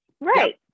right